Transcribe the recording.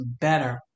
better